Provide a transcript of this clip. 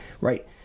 right